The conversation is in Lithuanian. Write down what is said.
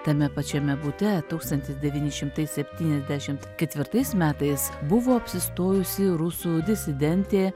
tame pačiame bute tūkstantis devyni šimtai septyniasdešimt ketvirtais metais buvo apsistojusi rusų disidentė